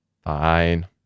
Fine